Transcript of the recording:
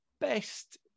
best